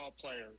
players